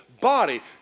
body